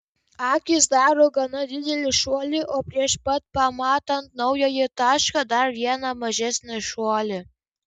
akys daro gana didelį šuolį o prieš pat pamatant naująjį tašką dar vieną mažesnį šuolį